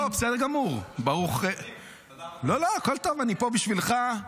לא, בסדר גמור, הכול טוב, אני פה בשבילך.